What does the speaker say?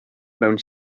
mewn